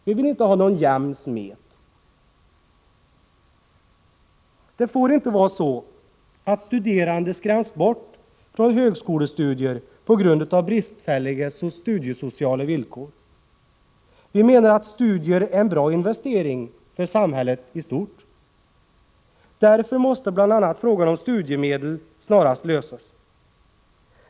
Vi vill inte ha någon jämn smet! Studerande får inte skrämmas bort från högskolestudier på grund av bristfälliga studiesociala villkor. Vi menar att studier är en bra investering för samhället i stort. Därför måste bl.a. frågan om studiemedel snarast lösas.